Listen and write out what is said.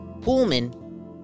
Pullman